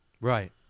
Right